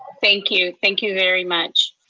thank you, thank you very much.